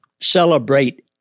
celebrate